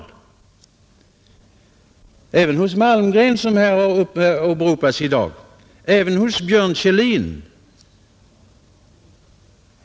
Så är fallet även hos Malmgren, som har åberopats i dag, och hos Björn Kjellin.